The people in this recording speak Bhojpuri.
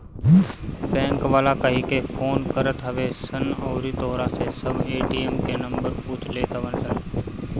बैंक वाला कहिके फोन करत हवे सन अउरी तोहरा से सब ए.टी.एम के नंबर पूछ लेत हवन सन